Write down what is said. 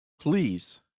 please